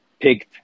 picked